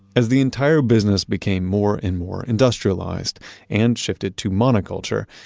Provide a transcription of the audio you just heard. as the entire business became more and more industrialized and shifted to monoculture,